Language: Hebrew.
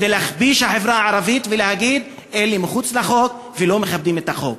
כדי להכפיש את החברה הערבית ולהגיד: אלה מחוץ לחוק ולא מכבדים את החוק.